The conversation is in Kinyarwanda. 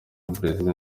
brazil